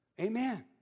Amen